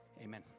Amen